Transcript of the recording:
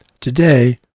Today